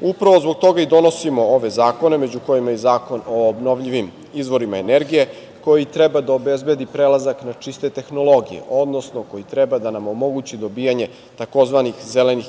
Upravo zbog toga i donosimo ove zakone, među kojima je i Zakon o obnovljivim izvorima energije, koji treba da obezbedi prelazak na čiste tehnologije, odnosno koji treba da nam omogući dobijanje tzv. zelenih